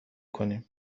کنیم